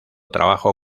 trabajo